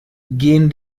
gehen